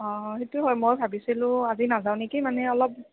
অ সেইটো হয় মই ভাবিছিলোঁ আজি নাযাওঁ নেকি মানে অলপ